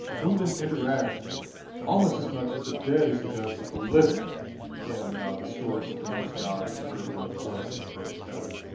odinn interacts almost as much with the dead as he does with the living in the stories of the norse gods preserved in the poetic and prose eddas.